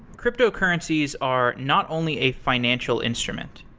cryptocurrencies are not only a financial instrument.